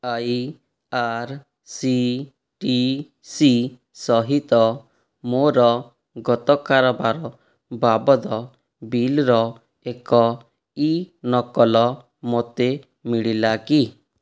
I R C T C ସହିତ ମୋର ଗତ କାରବାର ବାବଦ ବିଲ୍ର ଏକ ଇ ନକଲ ମୋତେ ମିଳିଲା କି